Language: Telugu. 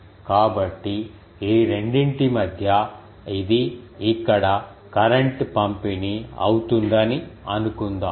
కాబట్టి ఈ రెండింటి మధ్య ఇది ఇక్కడ కరెంట్ పంపిణీ అవుతుందని అనుకుందాం